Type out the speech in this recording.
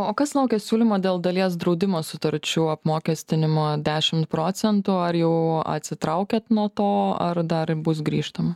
o kas laukia siūlymo dėl dalies draudimo sutarčių apmokestinimo dešim procentų ar jau atsitraukiat nuo to ar dar bus grįžtama